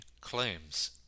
claims